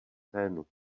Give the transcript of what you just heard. scénu